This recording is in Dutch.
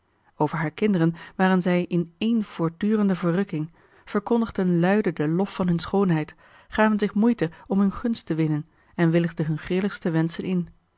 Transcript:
over haar kinderen waren zij in één voortdurende verrukking verkondigden luide den lof van hun schoonheid gaven zich moeite om hun gunst te winnen en willigden hun grilligste wenschen in